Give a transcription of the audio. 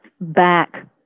back